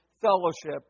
fellowship